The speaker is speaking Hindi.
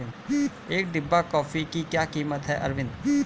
एक डिब्बा कॉफी की क्या कीमत है अरविंद?